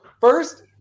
first